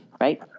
Right